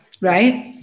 right